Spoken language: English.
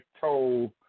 told